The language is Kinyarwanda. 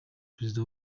perezida